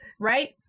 right